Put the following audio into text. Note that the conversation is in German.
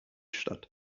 statt